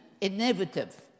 innovative